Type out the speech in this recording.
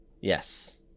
yes